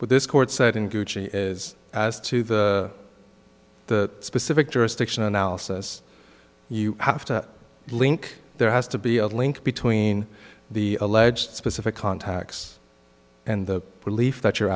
at this court cited is as to the the specific jurisdiction analysis you have to link there has to be a link between the alleged specific contacts and the relief that you're